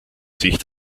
sich